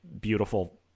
beautiful